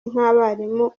nk’abarimu